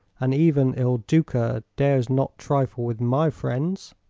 and even il duca dares not trifle with my friends.